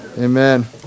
Amen